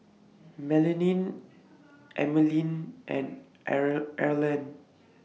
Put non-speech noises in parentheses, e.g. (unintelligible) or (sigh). Melanie Emmaline and (unintelligible) Erland